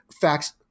facts